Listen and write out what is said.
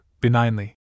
benignly